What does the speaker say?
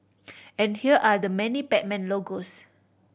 and here are the many Batman logos